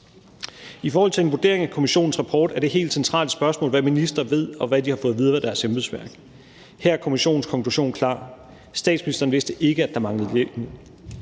I forhold til en vurdering af kommissionens rapport er det et helt centralt spørgsmål, hvad ministre ved, og hvad de har fået at vide af deres embedsværk. Her er kommissionens konklusion klar: Statsministeren vidste ikke, at der manglede hjemmel.